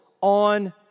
on